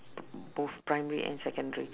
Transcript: both primary and secondary